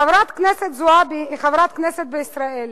חברת הכנסת זועבי היא חברת כנסת בישראל.